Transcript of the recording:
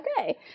okay